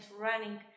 running